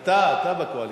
אתה, אתה בקואליציה.